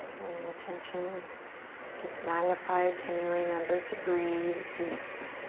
when the tension gets magnified, can you remember to breathe deep?